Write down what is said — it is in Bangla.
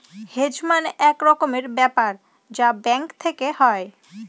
হেজ মানে এক রকমের ব্যাপার যা ব্যাঙ্ক থেকে হয়